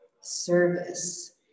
service